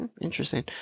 interesting